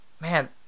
man